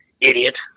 Idiot